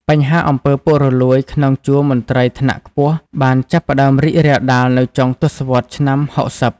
បញ្ហាអំពើពុករលួយក្នុងជួរមន្ត្រីថ្នាក់ខ្ពស់បានចាប់ផ្តើមរីករាលដាលនៅចុងទសវត្សរ៍ឆ្នាំ ៦០។